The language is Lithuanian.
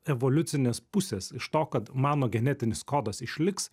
evoliucinės pusės iš to kad mano genetinis kodas išliks